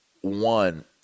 one